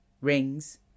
rings